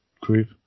group